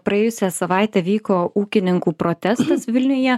praėjusią savaitę vyko ūkininkų protestas vilniuje